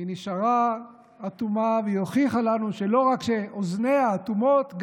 היא נשארה אטומה והוכיחה לנו שלא רק שאוזניה אטומות,